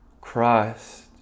Christ